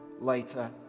later